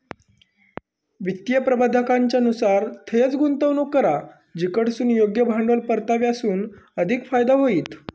वित्तीय प्रबंधाकाच्या नुसार थंयंच गुंतवणूक करा जिकडसून योग्य भांडवल परताव्यासून अधिक फायदो होईत